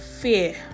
fear